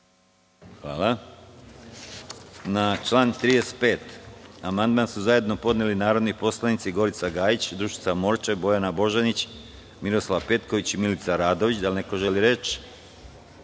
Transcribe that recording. Hvala. Na član 35. amandman su zajedno podneli narodni poslanici Gorica Gajić, Dušica Morčev, Bojana Božanić, Miroslav Petković i Milica Radović. Da li neko želi reč?